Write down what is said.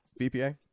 VPA